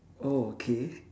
oh okay